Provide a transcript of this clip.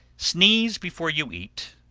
sneeze before you eat,